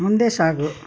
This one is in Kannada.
ಮುಂದೆ ಸಾಗು